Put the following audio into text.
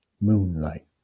Moonlight